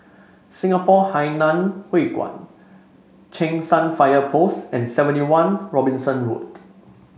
Singapore Hainan Hwee Kuan Cheng San Fire Post and Seventy One Robinson Road